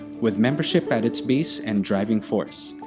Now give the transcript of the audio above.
with membership at its base and driving force.